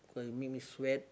cause it make me sweat